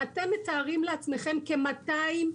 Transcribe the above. שמתנערים מחובתם, נכון.